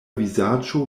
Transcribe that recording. vizaĝo